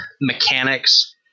mechanics